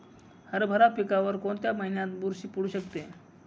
हरभरा पिकावर कोणत्या महिन्यात बुरशी पडू शकते?